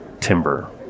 timber